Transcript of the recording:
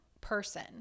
person